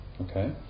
Okay